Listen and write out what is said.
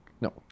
no